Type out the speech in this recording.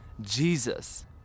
Jesus